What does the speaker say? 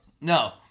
No